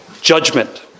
judgment